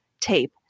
tape